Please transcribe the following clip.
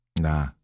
Nah